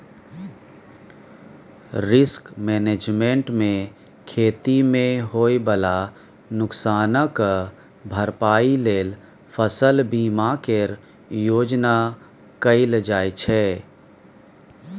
risk management मे खेती मे होइ बला नोकसानक भरपाइ लेल फसल बीमा केर उपयोग कएल जाइ छै